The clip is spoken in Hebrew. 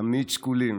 תמיד שקולים